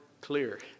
clear